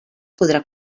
podrà